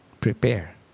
prepare